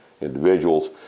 individuals